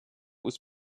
was